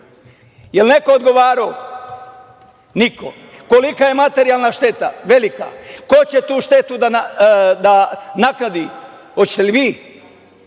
li je neko odgovarao? Niko. Kolika je materijalna šteta? Velika. Ko će tu štetu da nadoknadi? Hoćete li vi? Ne